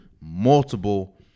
multiple